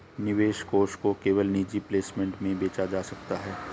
निवेश कोष को केवल निजी प्लेसमेंट में बेचा जा सकता है